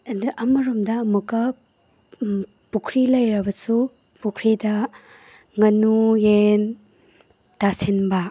ꯑꯗ ꯑꯃꯔꯣꯝꯗ ꯑꯃꯨꯛꯀ ꯄꯨꯈ꯭ꯔꯤ ꯂꯩꯔꯕꯁꯨ ꯄꯨꯈ꯭ꯔꯤꯗ ꯉꯥꯅꯨ ꯌꯦꯟ ꯇꯥꯁꯤꯟꯕ